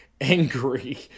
angry